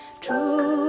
True